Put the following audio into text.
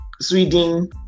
sweden